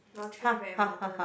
lottery very important